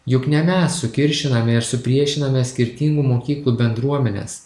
juk ne mes sukiršinome ir supriešinome skirtingų mokyklų bendruomenes